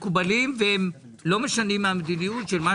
מקובלים והם לא משנים מה המדיניות של מה